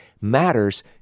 matters